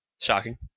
Shocking